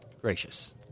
gracious